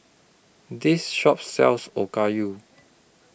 This Shop sells Okayu